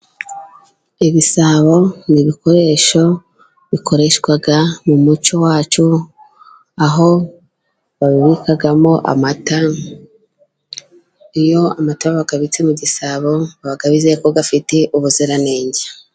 Ibisabo n'ibikoresho bikoreshwa mu muco wacu, aho babibikamo amata, iyo amata bayabitse mu gisabo, baba bizeye ko afite ubuziranenge.